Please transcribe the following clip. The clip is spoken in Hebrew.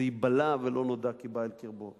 זה ייבלע, ולא נודע כי בא אל קרבו.